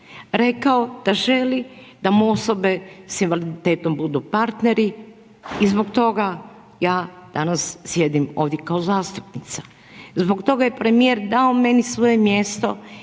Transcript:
rekao da želi da mu osobe sa invaliditetom budu partneri i zbog toga ja danas sjedim ovdje kao zastupnica. Zbog toga je premijer dao meni svoje mjesto